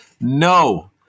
No